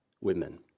women